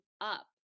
up